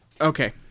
okay